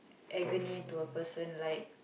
agony to a person like